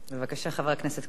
בבקשה, חבר הכנסת כבל,